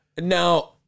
Now